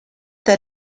that